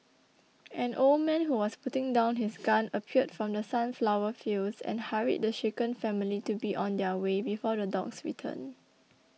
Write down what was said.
an old man who was putting down his gun appeared from the sunflower fields and hurried the shaken family to be on their way before the dogs return